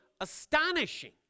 astonishing